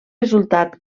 resultat